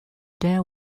there